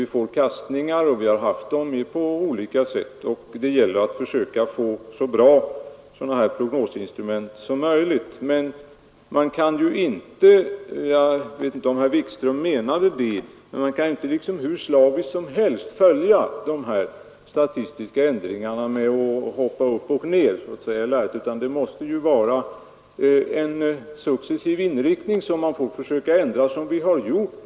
Vi får kastningar, och vi har haft sådana. Det gäller att försöka få så bra prognosinstrument som möjligt. Man kan inte — jag vet inte om herr Wikström menade det — hur slaviskt som helst följa de statistiska ändringarna genom att hoppa upp och ned, utan det måste vara en viss inriktning som man får försöka ändra successivt, som vi har gjort.